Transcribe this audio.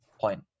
point